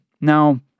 Now